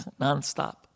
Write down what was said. nonstop